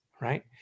right